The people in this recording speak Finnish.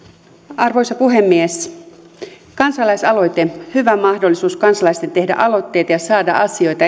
arvoisa puhemies kansalaisaloite hyvä mahdollisuus kansalaisten tehdä aloitteita ja saada asioita